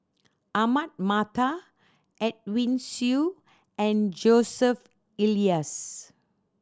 Ahmad Mattar Edwin Siew and Joseph Elias